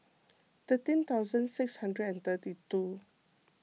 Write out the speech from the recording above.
thirteen thousand six hundred and thirty two